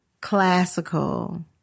classical